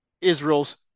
Israel's